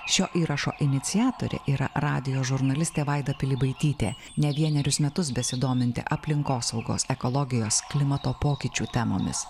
šio įrašo iniciatorė yra radijo žurnalistė vaida pilibaitytė ne vienerius metus besidominti aplinkosaugos ekologijos klimato pokyčių temomis